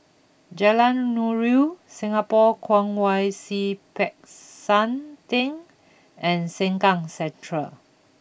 Jalan Nuri Singapore Kwong Wai Siew Peck San Theng and Sengkang Central